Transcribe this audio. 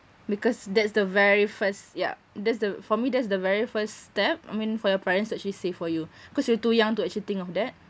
because that's the very first yup that's the for me that's the very first step I mean for your parents to actually save for you cause you were too young to actually think of that